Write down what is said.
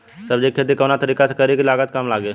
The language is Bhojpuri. सब्जी के खेती कवना तरीका से करी की लागत काम लगे?